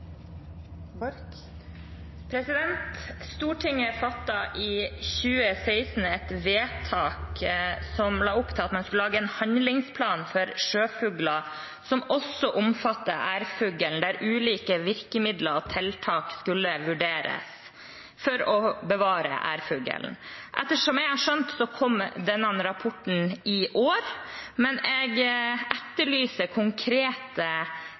til at man skulle lage en handlingsplan for sjøfugler som også omfatter ærfugl, der ulike virkemidler og tiltak skulle vurderes for å bevare ærfuglen. Etter hva jeg har skjønt, kommer den rapporten i år, men jeg etterlyser konkrete